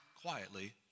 quietly